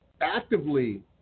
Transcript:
actively